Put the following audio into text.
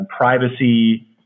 privacy